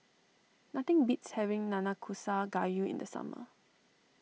nothing beats having Nanakusa Gayu in the summer